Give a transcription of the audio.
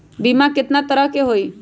बीमा केतना तरह के होइ?